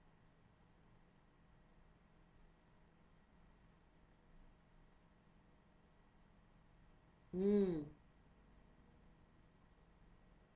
mm